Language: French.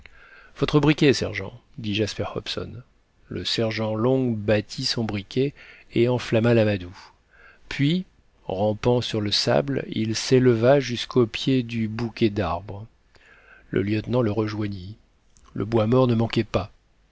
votre briquet sergent dit jasper hobson le sergent long battit son briquet et enflamma l'amadou puis rampant sur le sable il s'éleva jusqu'au pied du bouquet d'arbres le lieutenant le rejoignit le bois mort ne manquait pas